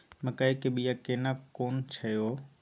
मकई के बिया केना कोन छै यो?